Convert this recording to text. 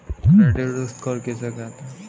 Credit score किसे कहते हैं?